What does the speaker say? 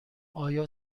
آیا